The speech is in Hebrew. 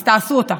אז תעשו אותו.